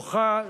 כוחה,